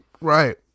Right